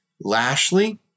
Lashley